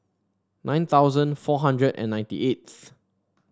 nine thousand four hundred and ninety eighth